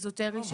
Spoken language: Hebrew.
אזוטרי,